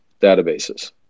databases